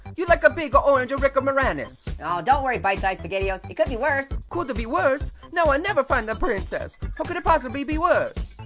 you like a big ah orange rick moranis. oh don't worry, bite size spaghettios. it could be worse. could be worse? now i'll never find the princess. how could it possibly be worse?